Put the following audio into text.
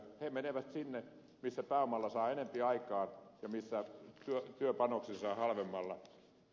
ne menevät sinne missä pääomalla saa enempi aikaan ja missä työpanoksen saa halvemmalla